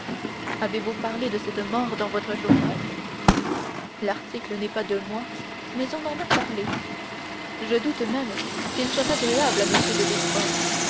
avez-vous parlé de cette mort dans votre journal l'article n'est pas de moi mais on en a parlé je doute même qu'il soit agréable à m de